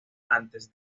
antes